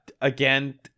again